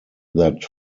that